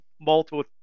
multiple